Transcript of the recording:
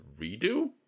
Redo